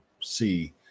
see